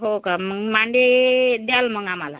हो का मग मांडे द्याल मग आम्हाला